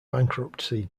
bankruptcy